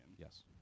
Yes